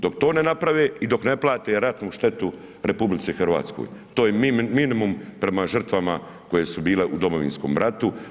Dok to ne naprave i dok ne plate ratnu štetu RH, to je minimum prema žrtvama koje su bile u Domovinskom ratu.